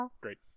Great